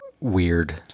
weird